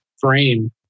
frame